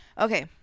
Okay